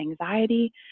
anxiety